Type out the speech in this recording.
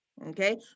Okay